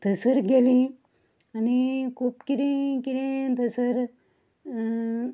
थंयसर गेलीं आनी खूब कितें कितें थंयसर